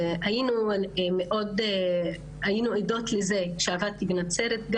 היינו עדות לזה כשעבדתי בנצרת,